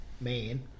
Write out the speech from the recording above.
man